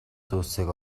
зүйлсийг